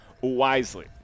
wisely